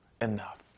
enough